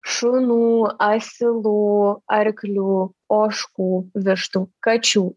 šunų asilų arklių ožkų vištų kačių